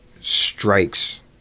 strikes